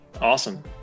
Awesome